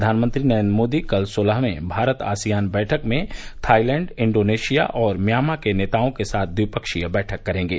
प्रधानमंत्री नरेन्द्र मोदी कल सोलहवें भारत आसियान बैठक में थाईलैंड इंडोनेशिया और म्यामा के नेताओं के साथ द्विपक्षीय बैठक करेंगे